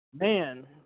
man